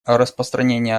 распространение